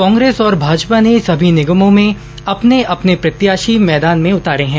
कांग्रेस और भाजपा ने सभी निगमों में अपने अपने प्रत्याशी मैदान में उतारे हैं